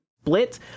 split